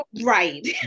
Right